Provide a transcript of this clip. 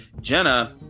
Jenna